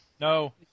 No